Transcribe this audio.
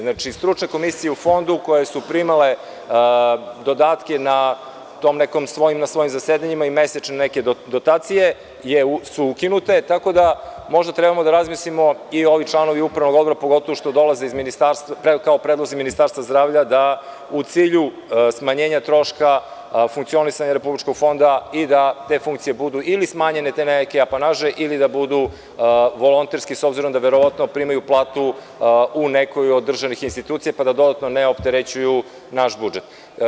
Znači, to su stručne komisije u Fondu koje su primale dodatke na nekim svojim zasedanjima i mesečne neke dotacije, su ukinute, tako da, možda treba da razmislimo i ovi članovi upravnog odbora, pogotovo što dolaze iz ministarstva, da u cilju smanjenja troška, funkcionisanja Republičkog fonda i da te funkcije budu ili smanjene, ili te neke apanaže ili da budu volonterski, s obzirom da verovatno primaju platu u nekoj od državnih institucija, pa da dodatno ne opterećuju naš budžet.